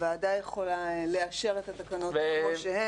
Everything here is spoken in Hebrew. הוועדה יכולה לאשר את התקנות כמו שהן,